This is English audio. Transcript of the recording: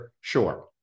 sure